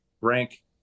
rank